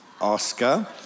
Oscar